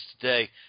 today